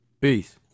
Peace